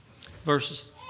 verses